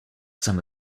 some